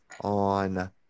on